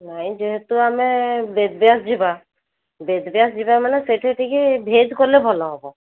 ନାଇଁ ଯେହେତୁ ଆମେ ବେଦବ୍ୟାସ ଯିବା ବେଦବ୍ୟାସ ଯିବା ମାନେ ସେଇଠି ଟିକେ ଭେଜ୍ କଲେ ଭଲ ହବ